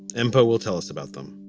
and mpo will tell us about them